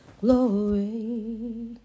Glory